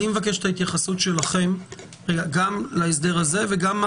אני מבקש את ההתייחסות שלכם גם להסדר הזה וגם מה